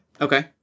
Okay